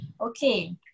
Okay